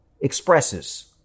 expresses